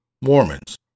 Mormons